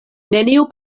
neniu